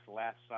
last